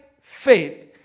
faith